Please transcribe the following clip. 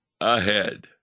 ahead